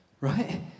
right